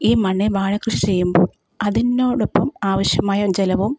ഈ മണ്ണിൽ വാഴക്കൃഷി ചെയ്യുമ്പോൾ അതിനോടൊപ്പം ആവശ്യമായ ജലവും